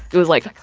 it was, like,